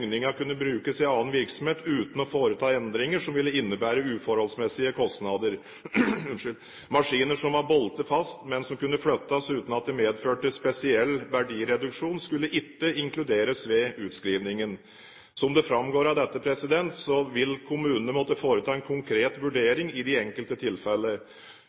kunne brukes i annen virksomhet uten å foreta endringer som ville innebære uforholdsmessige kostnader. Maskiner som var boltet fast, men som kunne flyttes uten at det medførte spesiell verdireduksjon, skulle ikke inkluderes ved utskrivningen. Som det framgår av dette, vil kommunene måtte foreta en konkret vurdering i det enkelte